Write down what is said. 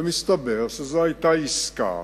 ומסתבר שזו היתה עסקה,